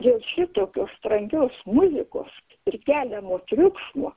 dėl šitokios trankios muzikos ir keliamo triukšmo